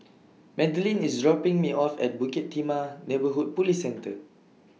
Madlyn IS dropping Me off At Bukit Timah Neighbourhood Police Centre